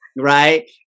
right